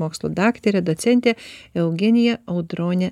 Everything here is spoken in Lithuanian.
mokslų daktarė docentė eugenija audronė